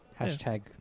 Hashtag